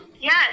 Yes